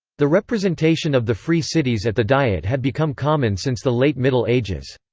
the representation of the free cities at the diet had become common since the late middle ages.